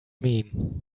mean